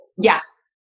Yes